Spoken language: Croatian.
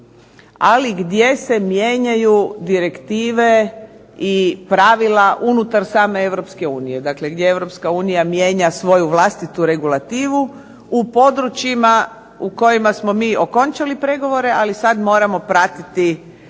ali gdje se mijenjaju direktive i pravila unutar same Europske unije. Dakle, gdje Europska unija mijenja svoju vlastitu regulativu u područjima u kojima smo mi okončali pregovore, ali sad moramo pratiti